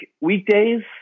weekdays